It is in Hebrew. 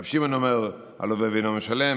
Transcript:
רבי שמעון אומר: הלווה ואינו משלם,